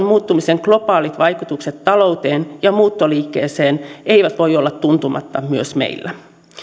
muuttumisen globaalit vaikutukset talouteen ja muuttoliikkeeseen eivät voi olla tuntumatta myös meillä